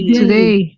today